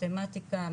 מתמטיקה,